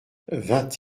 vingt